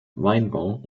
weinbau